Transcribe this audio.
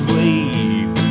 leave